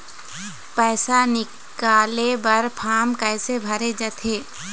पैसा निकाले बर फार्म कैसे भरे जाथे?